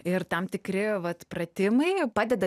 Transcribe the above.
ir tam tikri vat pratimai padeda